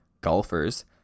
golfers